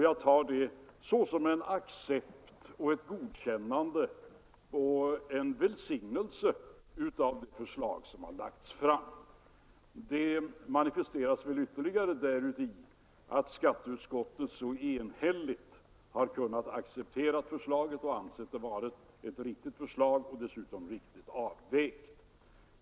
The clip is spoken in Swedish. Jag tar det som en accept, ett godkännande, en välsignelse av det förslag som lagts fram. Det manifesterar sig ytterligare i att skatteutskottet enhälligt kunnat acceptera huvuddelen av förslaget och ansett det vara riktigt och dessutom rätt avvägt.